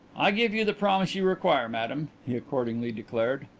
i give you the promise you require, madame, he accordingly declared.